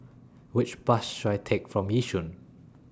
Which Bus should I Take from Yishun